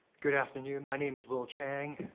good afternoon, my name is will chang,